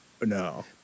no